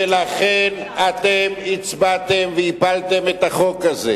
ולכן אתם הצבעתם והפלתם את החוק הזה.